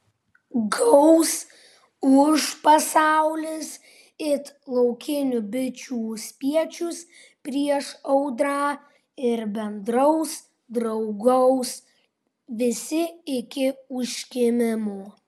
gaus ūš pasaulis it laukinių bičių spiečius prieš audrą ir bendraus draugaus visi iki užkimimo